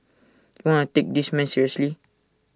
wanna take this man seriously